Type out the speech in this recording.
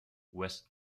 west